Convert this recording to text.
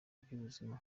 ry’ubuzima